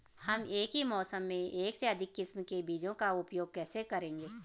हम एक ही मौसम में एक से अधिक किस्म के बीजों का उपयोग कैसे करेंगे?